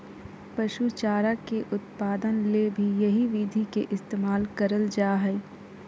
पशु चारा के उत्पादन ले भी यही विधि के इस्तेमाल करल जा हई